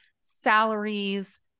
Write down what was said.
salaries